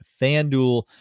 FanDuel